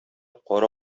кара